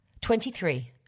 Twenty-three